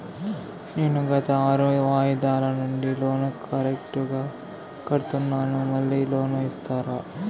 నేను గత ఆరు వాయిదాల నుండి లోను కరెక్టుగా కడ్తున్నాను, మళ్ళీ లోను ఇస్తారా?